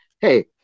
hey